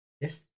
Yes